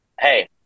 hey